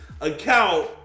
account